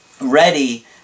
ready